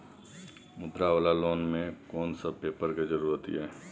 मुद्रा वाला लोन म कोन सब पेपर के जरूरत इ?